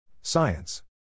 Science